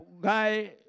guy